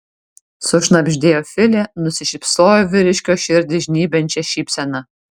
sušnabždėjo filė nusišypsojo vyriškio širdį žnybiančia šypsena